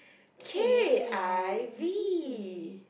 K_I_V